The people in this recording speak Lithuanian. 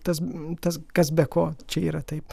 tas tas kas be ko čia yra taip